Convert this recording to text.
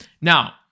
Now